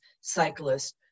cyclists